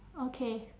okay